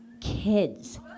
kids